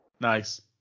Nice